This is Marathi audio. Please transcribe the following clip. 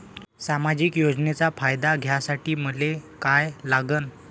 सामाजिक योजनेचा फायदा घ्यासाठी मले काय लागन?